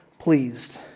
pleased